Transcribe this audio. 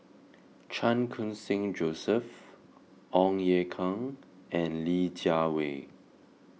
Chan Khun Sing Joseph Ong Ye Kung and Li Jiawei